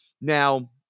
Now